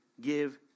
give